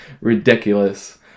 ridiculous